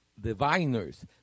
diviners